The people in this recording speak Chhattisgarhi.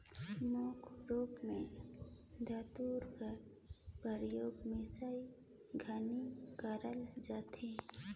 मुख रूप मे दँतरी कर परियोग मिसई घनी करल जाथे